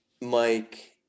Mike